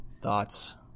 thoughts